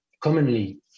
commonly